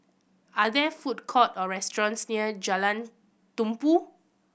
are there food courts or restaurants near Jalan Tumpu